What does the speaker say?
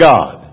God